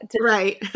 Right